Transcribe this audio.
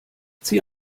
zieh